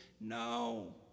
No